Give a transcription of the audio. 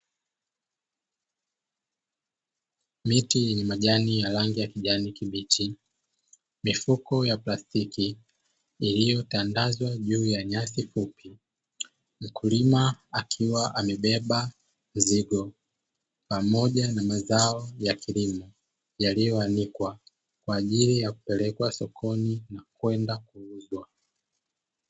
Miti yenye majani ya rangi ya kijani kibichi, mifuko ya plastiki iliyotandazwa juu ya nyasi fupi, mkulima akiwa amebeba mzigo, pamoja na mazao ya kilimo yaliyoanikwa kwa ajili ya kupelekwa sokoni na kwenda kuuzwa.